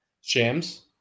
Shams